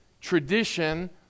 tradition